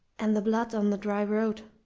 and the blood on the dry road